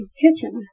kitchen